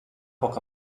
poc